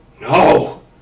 no